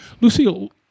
Lucille